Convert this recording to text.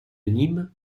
nîmes